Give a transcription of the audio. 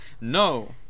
No